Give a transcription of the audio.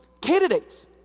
candidates